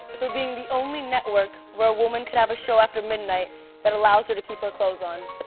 for being the only network where a woman could have a show after midnight that allows her to keep her clothes on.